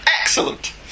Excellent